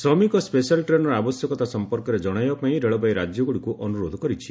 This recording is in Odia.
ଶ୍ରମିକ ସ୍କେଶାଲ୍ ଟ୍ରେନ୍ର ଆବଶ୍ୟକତା ସଂପର୍କରେ ଜଣାଇବା ପାଇଁ ରେଳବାଇ ରାଜ୍ୟଗୁଡ଼ିକୁ ଅନୁରୋଧ କରିଛି